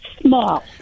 small